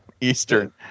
Eastern